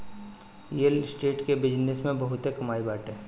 real estate के business में बहुते कमाई बाटे